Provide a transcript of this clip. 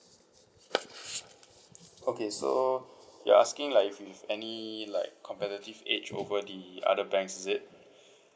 okay so you're asking like if we've any like competitive edge over the other banks is it